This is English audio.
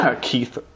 Keith